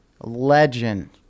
legend